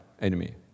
enemy